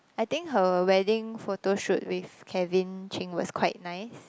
I think her wedding photoshoot with Kevin-Ching was quite nice